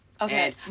Okay